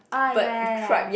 ah ya ya ya